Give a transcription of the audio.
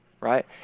Right